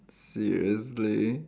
seriously